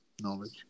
knowledge